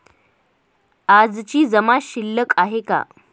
आजची जमा शिल्लक काय आहे?